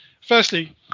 firstly